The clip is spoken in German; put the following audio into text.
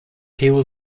theo